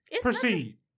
Proceed